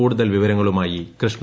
കൂടുതൽ വിവരങ്ങളുമായി കൃഷ്ണ